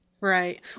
Right